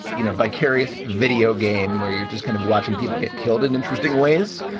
you know, vicarious video game where you're just kind of watching people get killed in interesting ways.